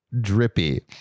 drippy